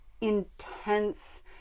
intense